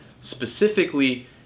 Specifically